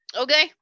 Okay